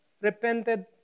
repented